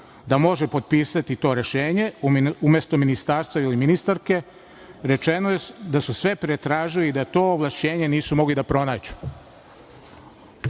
da može potpisati to Rešenje umesto Ministarstva i ministarke, rečeno je da su sve pretražili i da to ovlašćenje nisu mogli da pronađu.